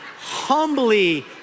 humbly